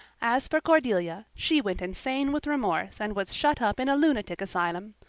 as for cordelia, she went insane with remorse and was shut up in a lunatic asylum.